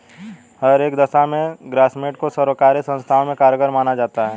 हर एक दशा में ग्रास्मेंट को सर्वकारी संस्थाओं में कारगर माना जाता है